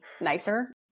nicer